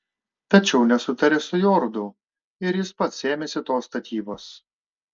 tačiau nesutarė su jorudu ir jis pats ėmėsi tos statybos